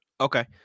Okay